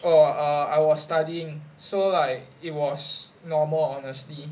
orh I was studying so like it was normal honestly